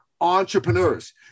entrepreneurs